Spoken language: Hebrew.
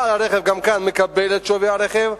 בעל הרכב גם כאן מקבל את שווי הרכב,